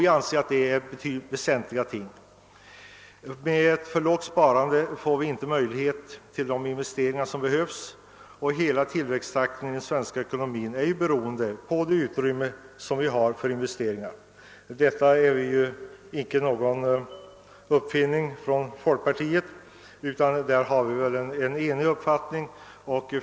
Vi anser att detta är väsentliga ting. Med ett alltför lågt sparande finns det inte möjlighet till de investeringar som behövs, och hela tillväxttakten i den svenska ekonomin är ju beroende av utrymmet för investeringar. Detta är icke någon uppfinning av folkpartiet, utan på den punkten är vi väl eniga.